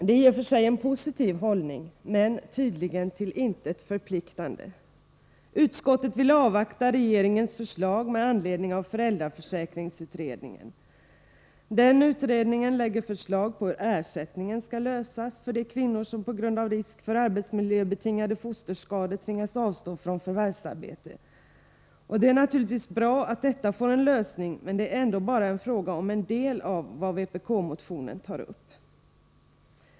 Det är i och för sig en positiv hållning, men tydligen till intet förpliktande. Utskottet vill avvakta regeringens förslag med anledning av föräldraförsäkringsutredningen. Den utredningen lägger fram förslag om hur ersättningen skall lösas för de kvinnor som på grund av risk för arbetsmiljöbetingade fosterskador tvingas avstå från förvärvsarbete. Det är naturligtvis bra att detta får en lösning, men det är ändå bara fråga om en del av vad vpk-motionen tar upp.